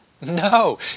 No